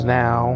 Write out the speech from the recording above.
now